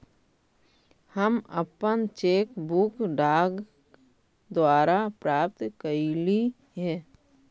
हम अपन cheque book डाक द्वारा प्राप्त कईली हे